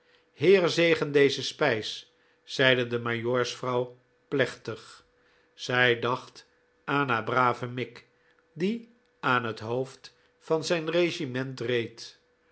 zegen deze spijs zeide de majoorsvrouw plechtig zij dacht aan haar braven mick die aan het hoofd van zijn regiment reed